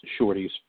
shorties